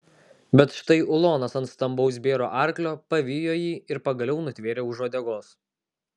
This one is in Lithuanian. bet štai ulonas ant stambaus bėro arklio pavijo jį ir pagaliau nutvėrė už uodegos